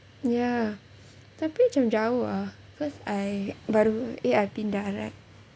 ya tapi macam jauh ah cause I baru eh I pindah right